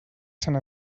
sant